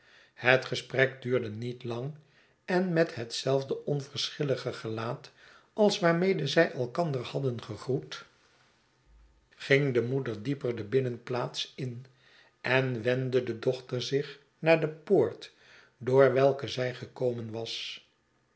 het gesprek duurde niet lang en met hetzelfde onverschillige gelaat als waarmede zij elkander hadden begroet ging reen bezoek aan newgate de moeder dieper de binnenplaats in en wendde de dochter zich naar de poort door welke zij gekomen was